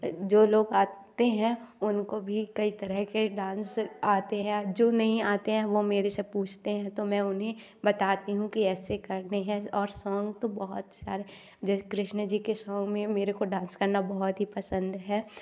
जो लोग आते हैं उनको भी कई तरह के डांस आते हैं जो नहीं आते हैं वह मेरे से पूछते हैं तो मैं उन्हें बताती हूँ कि ऐसे करने हैं और सॉन्ग तो बहुत सारे कृष्ण जी के सॉन्ग में मेरे को डांस करना बहुत ही पसंद है